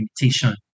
imitation